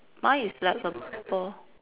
mine is like a ball